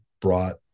brought